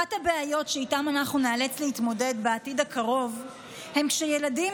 אחת הבעיות שאיתן אנחנו ניאלץ להתמודד בעתיד הקרוב היא שילדים